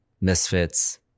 misfits